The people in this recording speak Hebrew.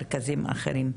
מרכזים אחרים.